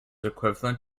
equivalent